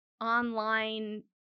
online